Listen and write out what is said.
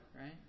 right